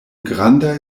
grandaj